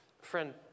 Friend